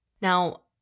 Now